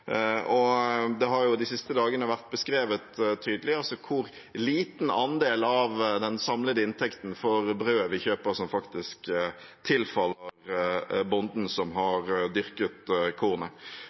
Det har de siste dagene vært beskrevet tydelig hvor liten andel av den samlede inntekten for brødet vi kjøper, som faktisk tilfaller bonden som